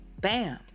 bam